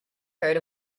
heard